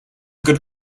good